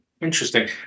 Interesting